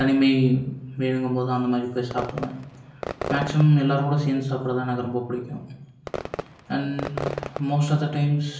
தனிமை வேணுங்கும்போது அந்த மாதிரி போய் சாப்பிடுவேன் மேக்சிமம் எல்லாேர் கூட சேர்ந்து சாப்பிட்றதுதான் எனக்கு பிடிக்கும் and most of the times